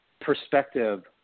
perspective